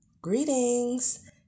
Greetings